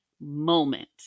moment